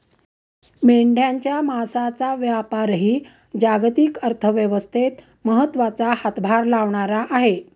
मेंढ्यांच्या मांसाचा व्यापारही जागतिक अर्थव्यवस्थेत महत्त्वाचा हातभार लावणारा आहे